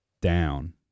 down